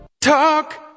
Talk